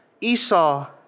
Esau